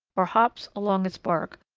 or hops along its bark,